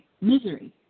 Misery